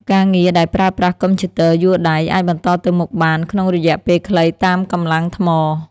ការងារដែលប្រើប្រាស់កុំព្យូទ័រយួរដៃ អាចបន្តទៅមុខបានក្នុងរយៈពេលខ្លីតាមកម្លាំងថ្ម។